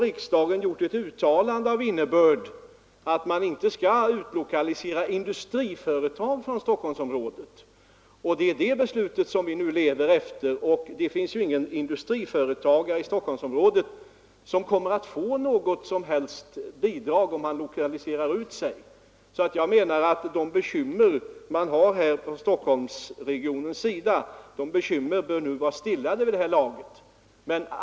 Riksdagen har gjort ett uttalande av innebörd att man inte skall utlokalisera industriföretag från Stockholmsområdet. Det beslutet lever vi nu efter. Ingen industriföretagare i Stockholmsområdet kommer att få något som helst bidrag, om han vill lokalisera ut sitt företag. De bekymmer som framförts från Stockholmsregionen bör nu vara stillade.